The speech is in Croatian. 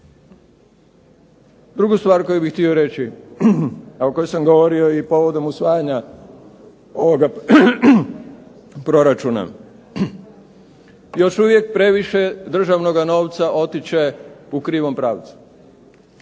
Drugu stvar koju bih htio reći, a o kojoj sam govorio i povodom usvajanja ovoga proračuna. Još uvijek previše državnoga novca otiče u krivom pravcu.